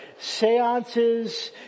Seances